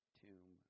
tomb